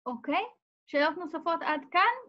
‫אוקיי? שאלות נוספות עד כאן.